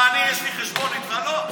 יותר פשוט שתגיד לי: אמסלם,